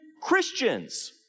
Christians